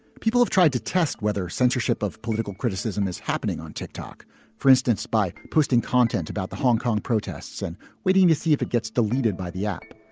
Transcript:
people have tried to test whether censorship of political criticism is happening on tick-tock, for instance, by posting content about the hong kong protests and waiting to see if it gets deleted by the app.